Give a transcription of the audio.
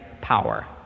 power